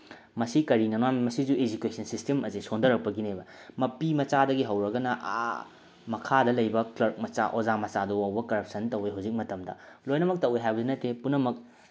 ꯃꯁꯤ ꯀꯔꯤꯅꯅꯣ ꯃꯁꯤꯁꯨ ꯑꯦꯖꯨꯀꯦꯁꯟ ꯁꯤꯁꯇꯦꯝ ꯑꯁꯤ ꯁꯣꯟꯊꯔꯛꯄꯒꯤꯅꯦꯕ ꯃꯄꯤ ꯃꯆꯥꯗꯒꯤ ꯍꯧꯔꯒꯅ ꯑꯥ ꯃꯈꯥꯗ ꯂꯩꯕ ꯀ꯭ꯂꯛ ꯃꯆꯥ ꯑꯣꯖꯥ ꯃꯆꯥꯗꯨ ꯐꯥꯎꯕ ꯀꯔꯞꯁꯟ ꯇꯧꯋꯦ ꯍꯧꯖꯤꯛ ꯃꯇꯝꯗ ꯂꯣꯏꯅꯃꯛ ꯇꯧꯋꯦ ꯍꯥꯏꯕꯗꯤ ꯅꯠꯇꯦ ꯄꯨꯝꯅꯃꯛ